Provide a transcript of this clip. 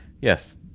Yes